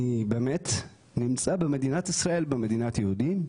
אני באמת נמצא במדינת ישראל, במדינת יהודים?